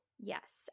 Yes